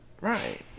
right